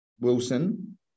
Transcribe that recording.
Wilson